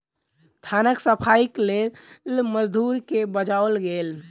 धानक सफाईक लेल मजदूर के बजाओल गेल